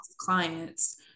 clients